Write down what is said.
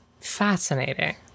fascinating